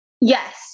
Yes